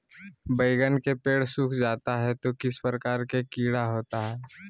बैगन के पेड़ सूख जाता है तो किस प्रकार के कीड़ा होता है?